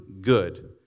Good